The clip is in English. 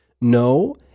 No